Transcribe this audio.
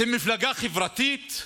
אתם מפלגה חברתית?